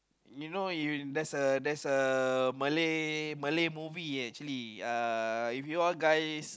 you know you there's a there's a Malay Malay movie uh actually uh if you all guys